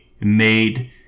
made